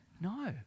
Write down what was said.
No